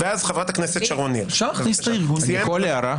אתה כרגע רוצה להפריע.